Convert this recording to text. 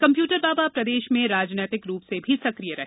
computer बाबा प्रदेश में राजनीतिक रूप से भी सक्रिय रहे